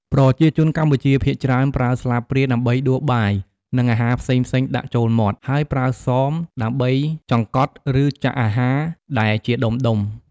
ប្រជាជនកម្ពុជាភាគច្រើនប្រើស្លាបព្រាដើម្បីដួសបាយ និងអាហារផ្សេងៗដាក់ចូលមាត់ ហើយប្រើសមដើម្បីចង្កត់ ឬចាក់អាហារដែលជាដុំៗ។